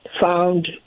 found